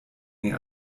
den